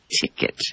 ticket